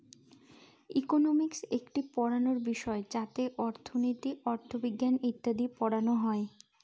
economics একটি পড়াশোনার বিষয় যাতে অর্থনীতি, অথবিজ্ঞান ইত্যাদি পড়ানো হয়